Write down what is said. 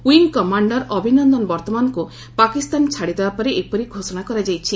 wing commander Abhinandan ବର୍ତ୍ତମାନଙ୍କୁ ପାକିସ୍ତାନ ଛାଡି ଦେବା ପରେ ଏପରି ଘୋଷଣା କରାଯାଇଛି